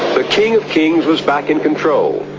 the king of kings was back in control,